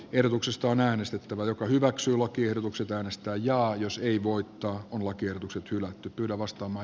erotuksesta on äänestettävä joka hyväksyy lakiehdotukset äänestää jaa jos ei voittoon lakiehdotukset hylätty kylä vasta oma